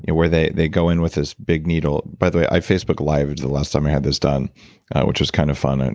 where they they go in with this big needle. by the way i facebooked live the last time i had this done which was kind of fun, and